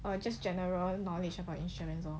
err just general knowledge about insurance lor